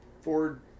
Ford